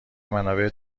منابع